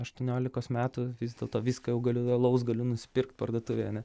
aštuoniolikos metų vis dėlto viską jau galiu alaus galiu nusipirkt parduotuvėje ane